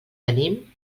tenim